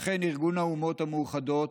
ואכן, ארגון האומות המאוחדות